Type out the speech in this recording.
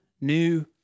new